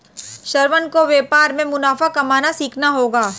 श्रवण को व्यापार में मुनाफा कमाना सीखना होगा